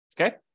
Okay